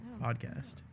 podcast